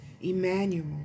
Emmanuel